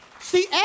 See